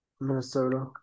Minnesota